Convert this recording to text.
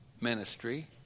ministry